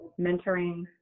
mentoring